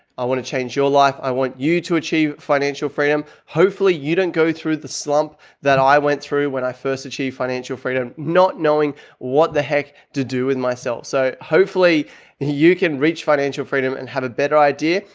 i want to change your life. i want you to achieve financial freedom. hopefully you don't go through the slump that i went through when i first achieved financial freedom, not knowing what the heck to do with myself. so hopefully you can reach financial freedom and have a better idea.